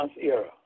era